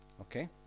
Okay